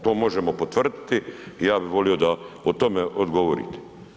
To možemo potvrditi i ja bi volio da o tome odgovorite.